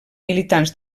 militants